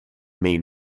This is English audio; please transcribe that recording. main